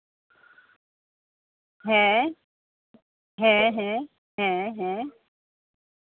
ᱦᱮᱸ ᱦᱮᱸ ᱦᱮᱸ ᱦᱮᱸ ᱦᱮᱸ